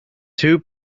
two